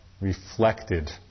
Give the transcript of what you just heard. reflected